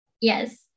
Yes